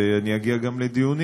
ואני גם אגיע לדיונים,